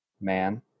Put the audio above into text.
man